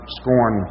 scorn